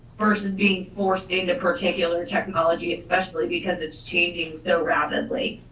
versus being forced into particular technology, especially because it's changing so rapidly.